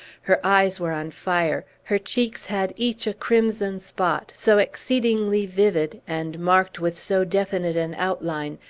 her eyes were on fire her cheeks had each a crimson spot, so exceedingly vivid, and marked with so definite an outline,